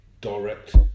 direct